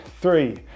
three